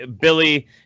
Billy